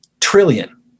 trillion